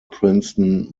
princeton